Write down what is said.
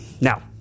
now